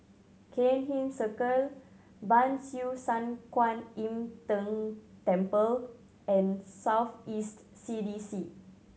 Cairnhill Circle Ban Siew San Kuan Im Tng Temple and South East C D C